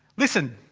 listen!